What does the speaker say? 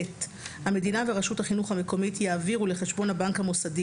(ב) המדינה ורשות החינוך המקומית יעבירו לחשבון הבנק המוסדי